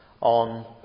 on